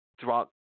throughout